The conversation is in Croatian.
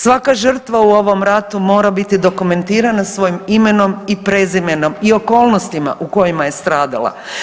Svaka žrtva u ovom ratu mora biti dokumentirana svojim imenom i prezimenom i okolnostima u kojima je stradala.